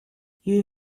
you